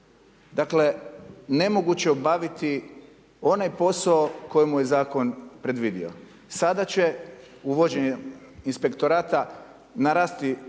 Dakle, nemoguće je obaviti onaj posao koji mu je zakon predvidio. Sada će uvođenjem inspektorata narasti